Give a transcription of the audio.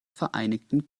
vereinigten